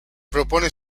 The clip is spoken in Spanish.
propone